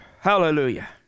Hallelujah